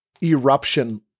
eruption